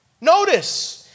Notice